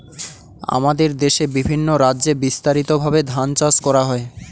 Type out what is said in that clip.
আমাদের দেশে বিভিন্ন রাজ্যে বিস্তারিতভাবে ধান চাষ করা হয়